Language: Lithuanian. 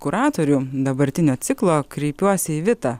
kuratorių dabartinio ciklo kreipiuosi į vitą